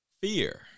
fear